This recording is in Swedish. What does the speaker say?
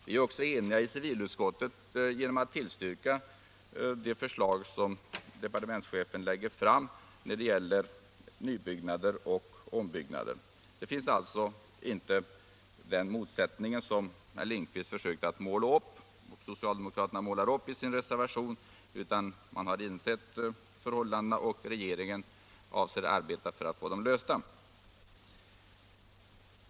Vi är också eniga i civilutskottet att tillstyrka departementschefens förslag när det gäller nybyggnader och ombyggnader. Den motsättningen finns alltså inte, som herr Lindkvist och socialdemokraterna målar upp i sin reservation. Man har insett förhållandena, och regeringen avser att arbeta för att få dem lösta.